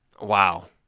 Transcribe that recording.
Wow